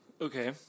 Okay